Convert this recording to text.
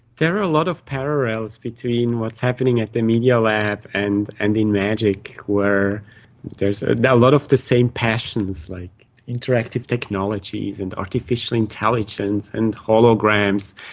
there are a lot of parallels between what's happening at the media lab and and in magic where there is ah a lot of the same passions, like interactive technologies and artificial intelligence and holograms.